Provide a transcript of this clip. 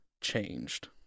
changed